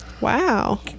wow